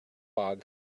fog